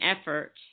effort